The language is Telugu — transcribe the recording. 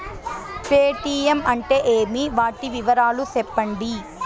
పేటీయం అంటే ఏమి, వాటి వివరాలు సెప్పండి?